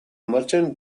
merchant